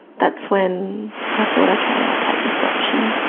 that's when i thought, okay, i'll take this option.